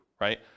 right